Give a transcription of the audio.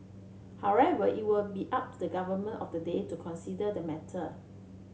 however it will be up to the government of the day to consider the matter